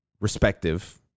respective